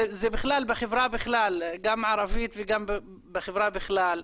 זה בכלל בחברה, גם ערבית וגם בחברה בכלל.